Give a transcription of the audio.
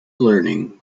learning